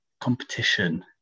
competition